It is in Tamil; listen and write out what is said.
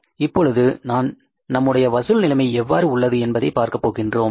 இப்பொழுது நாம் நம்முடைய வசூல் நிலைமை எவ்வாறு உள்ளது என்பதை பார்க்கப்போகிறோம்